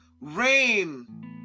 rain